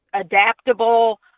adaptable